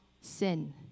sin